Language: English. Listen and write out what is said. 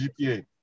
GPA